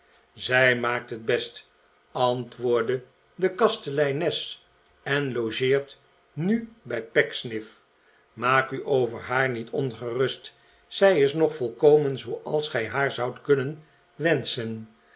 zij maakt het best antwoordde de kasteleines en logeert nu bij pecksniff maak u over haar niet ongerust zij is nog volkomen zooals gij haar zoudt kunnen wenschen